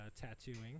tattooing